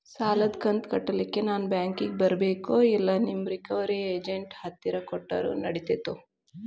ಸಾಲದು ಕಂತ ಕಟ್ಟಲಿಕ್ಕೆ ನಾನ ಬ್ಯಾಂಕಿಗೆ ಬರಬೇಕೋ, ಇಲ್ಲ ನಿಮ್ಮ ರಿಕವರಿ ಏಜೆಂಟ್ ಹತ್ತಿರ ಕೊಟ್ಟರು ನಡಿತೆತೋ?